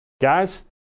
Guys